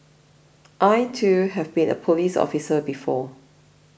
I too have been a police officer before